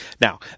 Now